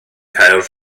cael